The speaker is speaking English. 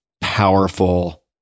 powerful